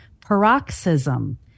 paroxysm